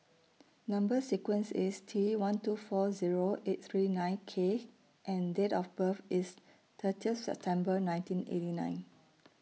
Number sequence IS T one two four Zero eight three nine K and Date of birth IS thirtieth September nineteen eighty nine